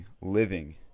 living